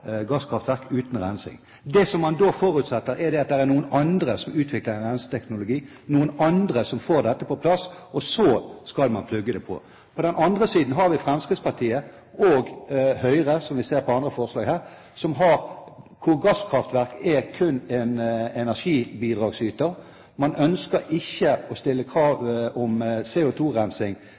gasskraftverk uten rensing. Det man da forutsetter, er at det er noen andre som utvikler renseteknologi, noen andre som får dette på plass – og så skal man plugge det inn. På den andre siden har vi Fremskrittspartiet og Høyre, som vi ser på andre forslag her, hvor gasskraftverk kun er en energibidragsyter. Man ønsker ikke å stille krav om